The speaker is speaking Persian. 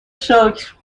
شکر